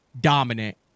dominant